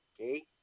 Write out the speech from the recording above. Okay